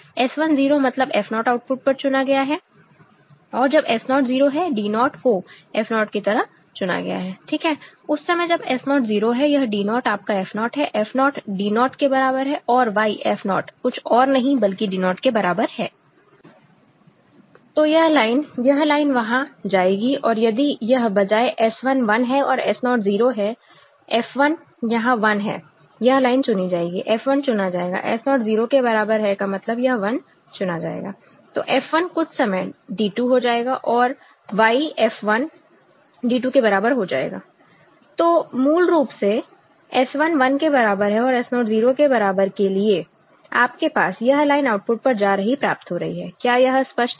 S 1 0 मतलब F naught output पर चुना गया है और जब S naught 0 है D naught को F naught की तरह चुना गया है ठीक है उस समय जब S naught 0 है यह D naught आपका F naught है F naught D naught के बराबर है और Y F naught कुछ और नहीं बल्कि D naught के बराबर है तो यह लाइन यह लाइन वहां जाएगी और यदि यह बजाय S 1 1 है और S naught 0 है F 1 यहां 1 है यह लाइन चुनी जाएगी F 1 चुना जाएगा S naught 0 के बराबर है का मतलब यह 1 चुना जाएगा तो F 1 कुछ समय D 2 हो जाएगा और Y F1 D 2 के बराबर हो जाएगा तो मूल रूप से S 1 1 के बराबर है और S naught 0 के बराबर के लिए आपके पास यह लाइन आउटपुट पर जा रही प्राप्त हो रही है क्या यह स्पष्ट है